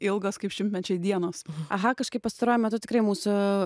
ilgos kaip šimtmečiai dienos aha kažkaip pastaruoju metu tikrai mūsų